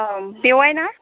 अ बेवाइ ना